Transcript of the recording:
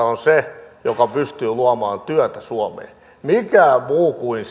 on se joka pystyy luomaan työtä suomeen kukaan muu kuin